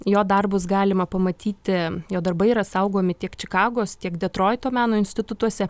jo darbus galima pamatyti jo darbai yra saugomi tiek čikagos tiek detroito meno institutuose